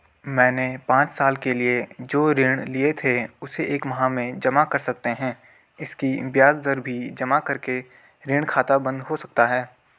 मैंने पांच साल के लिए जो ऋण लिए थे उसे एक माह में जमा कर सकते हैं इसकी ब्याज दर भी जमा करके ऋण खाता बन्द हो सकता है?